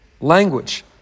language